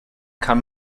kann